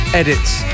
edits